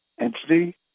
entity